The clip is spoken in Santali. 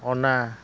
ᱚᱱᱟ